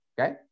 Okay